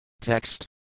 Text